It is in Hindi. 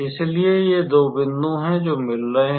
इसलिए ये दो बिंदु हैं जो मिल रहे हैं